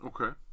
Okay